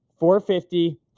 450